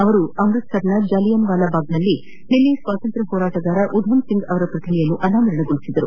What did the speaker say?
ಅವರು ಅಮೃತ್ಸರ್ನ ಜಲಿಯನ್ ವಾಲಾಭಾಗ್ನಲ್ಲಿ ನಿನ್ನೆ ಸ್ವಾತಂತ್ರ್ ಹೋರಾಟಗಾರ ಉಧಾಮ್ಸಿಂಗ್ ಅವರ ಪ್ರತಿಮೆಯನ್ನು ಅನಾವರಣಗೊಳಿಸಿದರು